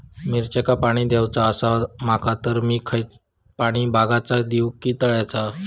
मिरचांका पाणी दिवचा आसा माका तर मी पाणी बायचा दिव काय तळ्याचा?